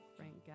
Frank